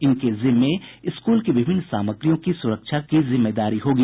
इनके जिम्मे स्कूल की विभिन्न सामग्रियों की सुरक्षा की जिम्मेदारी होगी